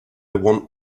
want